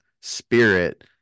spirit